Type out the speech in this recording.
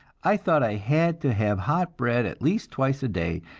i thought i had to have hot bread at least twice a day,